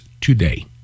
today